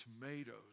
tomatoes